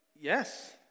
Yes